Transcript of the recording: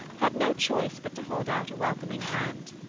had no choice but to hold out a welcoming hand.